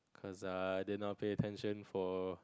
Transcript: because I did not pay attention for